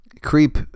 creep